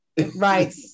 Right